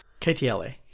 KTLA